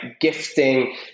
gifting